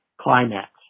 climax